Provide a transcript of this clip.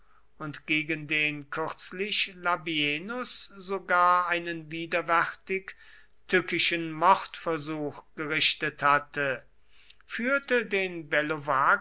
und gegen den kürzlich labienus sogar einen widerwärtig tückischen mordversuch gerichtet hatte führte den